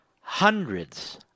hundreds